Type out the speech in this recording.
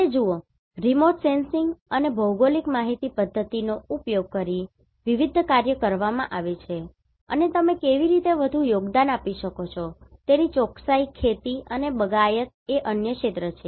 અને જુઓ remote sensing અને GIS ભૌગોલિક માહિતી પધ્ધતિ નો ઉપયોગ કરીને વિવિધ કાર્યો કરવામાં આવ્યા છે અને તમે કેવી રીતે વધુ યોગદાન આપી શકો છો તેની ચોકસાઇ ખેતી અને બાગાયત એ અન્ય ક્ષેત્રો છે